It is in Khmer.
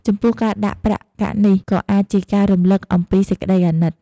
ចំពោះការដាក់ប្រាក់កាក់នេះក៏អាចជាការរំលឹកអំពីសេចក្ដីអាណិត។